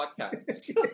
podcast